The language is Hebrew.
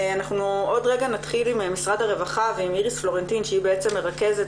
עוד רגע נתחיל עם איריס פלורנטין ממשרד הרווחה שהיא בעצם מרכזת,